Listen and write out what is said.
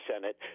senate